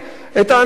את האנשים,